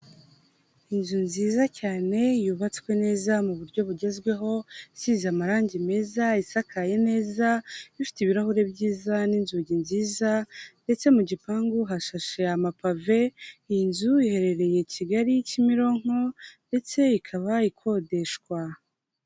Inzu nziza cyane yubatswe neza mu buryo bugezweho, isize amarangi meza, isakaye neza, ifite ibirahuri byiza n'inzugi nziza; ndetse mu gipangu hashashe amapave. Iyi nzu iherereye Kigali, Kimironko, ndetse ikaba ikodeshwa.